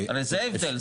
זה ההבדל,